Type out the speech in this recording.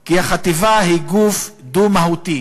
כי החטיבה היא גוף דו-מהותי